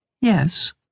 Yes